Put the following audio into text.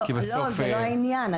לא זה לא העניין,